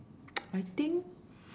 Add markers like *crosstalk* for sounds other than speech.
*noise* I think